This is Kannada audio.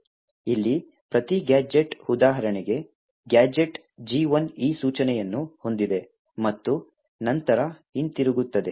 ಇಲ್ಲಿ ಪ್ರತಿ ಗ್ಯಾಜೆಟ್ ಉದಾಹರಣೆಗೆ ಗ್ಯಾಜೆಟ್ G1 ಈ ಸೂಚನೆಯನ್ನು ಹೊಂದಿದೆ ಮತ್ತು ನಂತರ ಹಿಂತಿರುಗುತ್ತದೆ